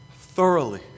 thoroughly